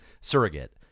Surrogate